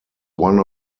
one